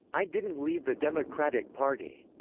i didn't leave the democratic party.